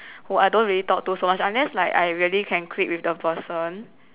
who I don't really talk to so much unless like I really can click with the person